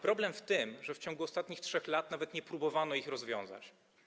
Problem w tym, że w ciągu ostatnich 3 lat nawet nie próbowano ich rozwiązać.